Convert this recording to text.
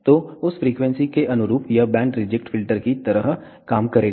तो उस फ्रीक्वेंसी के अनुरूप यह बैंड रिजेक्ट फिल्टर की तरह काम करेगा